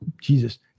Jesus